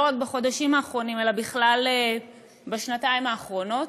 לא רק בחודשים האחרונים אלא בכלל בשנתיים האחרונות,